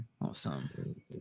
awesome